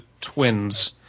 twins